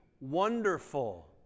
wonderful